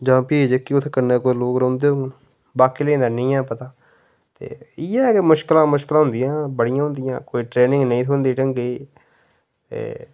जां फ्ही जे कोई उत्थै कन्नै लोक रौंह्दे होङन बाकी आह्लें गी नेईं ऐ पता ते इ'यै मुश्कलां मुश्कलां होंदियां बड़ियां होंदियां कोई ट्रेनिग नेईं थ्होंदी ढंगै दी ते